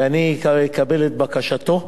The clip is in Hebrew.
ואני אקבל את בקשתו.